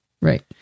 Right